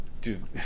Dude